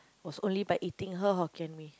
was only by eating her Hokkien-Mee